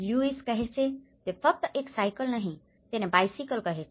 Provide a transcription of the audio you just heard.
Lewis કહે છે તે ફક્ત એક સાઇકલ નહિ તેને બાઈસાયકલ કહે છે